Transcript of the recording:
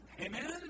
Amen